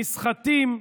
נסחטים,